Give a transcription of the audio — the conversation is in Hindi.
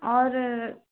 और